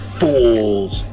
fools